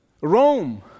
Rome